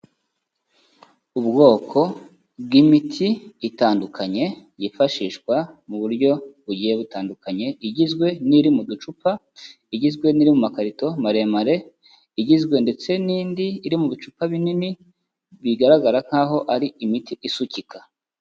Ubwoko bw'imitsi itandukanye yifashishwa mu buryo bugiye butandukanye, igizwe n'iri mu ducupa, igizwe n'iri mu makarito maremare, igizwe ndetse n'indi iri mu bicupa binini bigaragara nk'aho ari imiti isukika.